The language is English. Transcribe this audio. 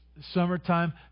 summertime